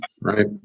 right